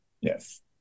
Yes